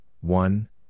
one